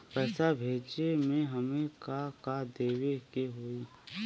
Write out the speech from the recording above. पैसा भेजे में हमे का का देवे के होई?